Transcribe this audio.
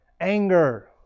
Anger